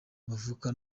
bavuka